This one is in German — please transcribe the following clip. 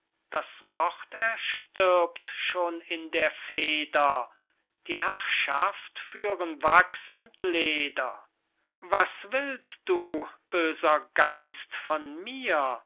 das wort erstirbt schon in der feder die herrschaft führen wachs und leder was willst du böser geist von mir